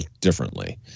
differently